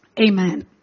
Amen